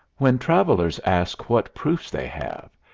when travelers ask what proofs they have,